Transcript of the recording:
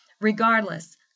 Regardless